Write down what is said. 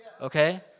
Okay